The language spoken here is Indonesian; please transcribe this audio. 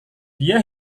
dia